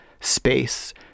space